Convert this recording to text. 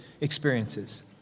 experiences